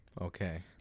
Okay